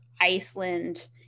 Iceland